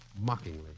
mockingly